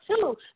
two